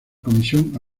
comisión